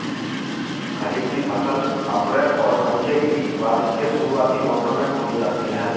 खरीफ़ की फ़सल अप्रैल और मई के बीच, बारिश के शुरुआती मौसम में बोई जाती हैं